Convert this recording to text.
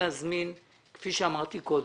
כפי שאמרתי קודם,